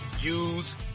use